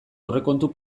aurrekontu